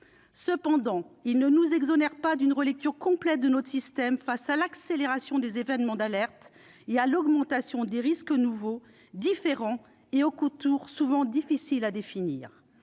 Reste qu'elle ne nous exonère pas d'une relecture complète de notre système face à l'accélération des événements d'alerte et à l'accroissement de risques nouveaux, différents et aux contours souvent difficiles à définir.